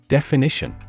Definition